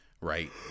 right